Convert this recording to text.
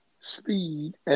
speed